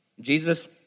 Jesus